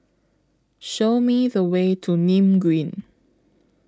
Show Me The Way to Nim Green